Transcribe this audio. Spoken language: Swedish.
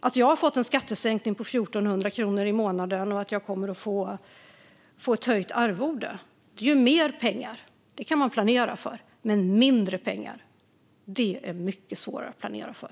Att jag har fått en skattesänkning på 1 400 kronor i månaden och att jag kommer att få ett höjt arvode är mer pengar. Det kan man planera för. Men mindre pengar är mycket svårare att planera för.